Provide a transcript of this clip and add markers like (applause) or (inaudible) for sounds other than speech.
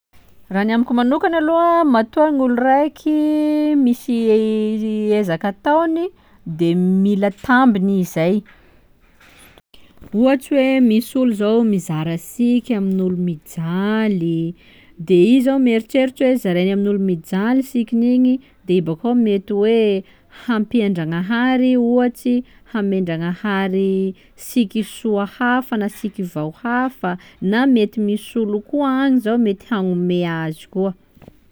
Raha ny amiko manokany aloha matoa gny olo raiky misy (hesitation) ezaka ataony de mila tambiny ihy zay, ohatsy hoe misy olo zô mizara siky amin'olo mijaly, de iha zô mieritseritsy hoe zarainy amin'olo mijaly sikin'igny de bakô mety hoe hampian-Dragnahary iha ohatsy, hamean-Dragnahary siky soa hafa na siky vao hafa na mety misy olo koa agny zô mety hagnome azy koa.